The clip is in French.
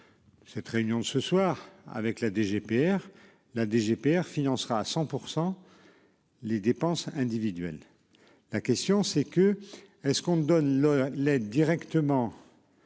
Cette réunion de ce soir avec la DG PR la DGPN financera à 100 pour %. Les dépenses individuelles. La question c'est que est-ce qu'on donne le l'aide directement.--